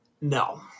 No